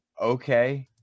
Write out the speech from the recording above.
Okay